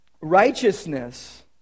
righteousness